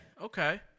Okay